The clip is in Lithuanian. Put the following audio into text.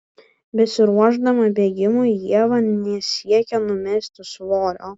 besiruošdama bėgimui ieva nesiekia numesti svorio